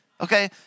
okay